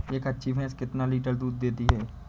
एक अच्छी भैंस कितनी लीटर दूध दे सकती है?